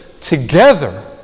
together